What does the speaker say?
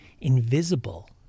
invisible